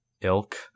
ilk